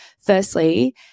Firstly